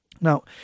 Now